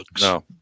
No